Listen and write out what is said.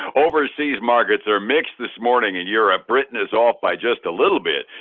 overseas, markets are mixed this morning. in europe, britain is off by just a little bit,